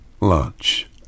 lunch